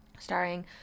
starring